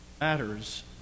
...matters